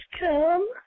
come